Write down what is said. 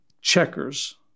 checkers